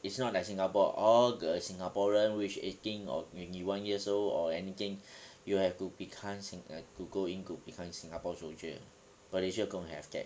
it's not like singapore all the singaporean which eighteen or twenty one years old or anything you have to become sing~ to go in to become singapore soldier malaysia don't have that